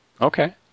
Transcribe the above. Okay